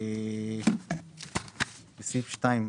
בסעיף 2,